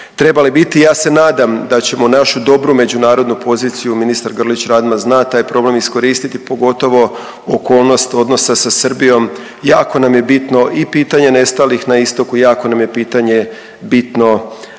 trebale biti. Ja se nadam da ćemo našu dobru međunarodnu poziciju ministar Grlić-Radman zna taj problem iskoristiti pogotovo okolnost odnosa sa Srbijom. Jako nam je bitno i pitanje nestalih na istoku, jako nam je pitanje bitno